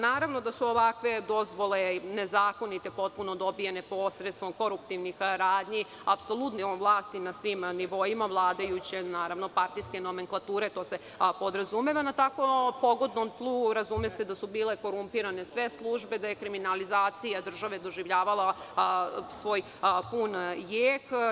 Naravno da su ovakve dozvole potpuno nezakonite, dobijane posredstvom korumptivnih radnji, apsolutnom vlasti na svim nivoima vladajuće partijske nomenklature, to se podrazumeva, na tako pogodnom tlu razume se da su bile korumpirane sve službe, da je kriminalizacija države doživljavala svoj pun jek.